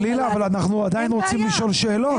חלילה, אבל אנחנו עדיין רוצים לשאול שאלות.